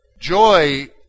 Joy